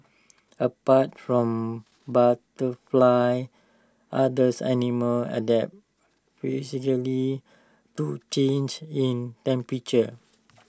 apart from butterflies others animals adapt physically to changes in temperature